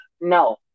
No